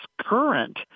current